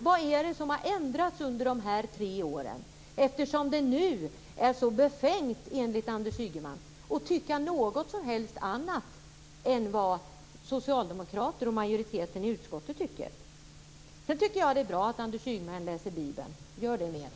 Vad är det som har ändrats under dessa tre år, eftersom det nu enligt Anders Ygeman är så befängt att tycka annorlunda än vad socialdemokraterna och majoriteten i utskottet tycker. Sedan tycker jag att det är bra att Anders Ygeman läser Bibeln. Gör det mera!